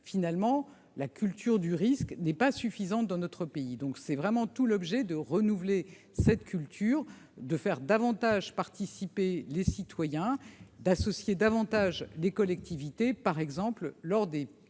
industriels, la culture du risque n'est pas suffisante dans notre pays. Il s'agit donc de renouveler cette culture, de faire plus participer les citoyens, d'associer davantage les collectivités, par exemple lors des